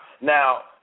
Now